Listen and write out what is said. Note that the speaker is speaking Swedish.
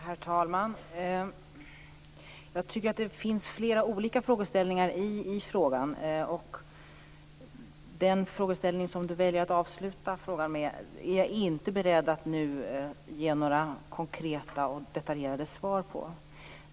Herr talman! Jag tycker att det finns flera olika frågeställningar i frågan. Den fråga som Maria Larsson väljer att avsluta med är jag inte nu beredd att ge några konkreta och detaljerade svar på.